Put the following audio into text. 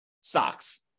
stocks